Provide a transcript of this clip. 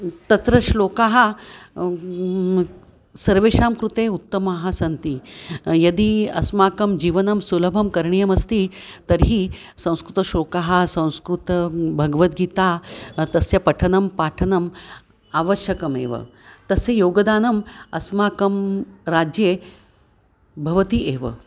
तत्र श्लोकाः सर्वेषां कृते उत्तमाः सन्ति यदि अस्माकं जीवनं सुलभं करणीयमस्ति तर्हि संस्कृतशोकाः संस्कृतभगवद्गीता तस्य पठनं पाठनम् आवश्यकमेव तस्य योगदानम् अस्माकं राज्ये भवति एव